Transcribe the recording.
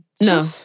No